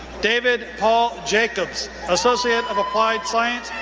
david paul jacobs, associate of applied science,